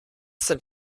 sind